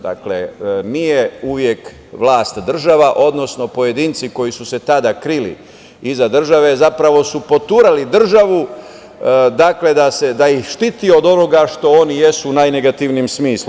Dakle, nije uvek vlast država, odnosno pojedinci koji su se tada krili iza države, zapravo su poturali državu da ih štiti od onoga što oni jesu u najnegativnijem smislu.